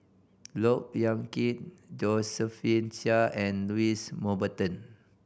Look Yan Kit Josephine Chia and Louis Mountbatten